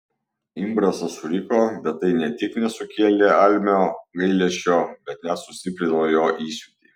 imbrasas suriko bet tai ne tik nesukėlė almio gailesčio bet net sustiprino jo įsiūtį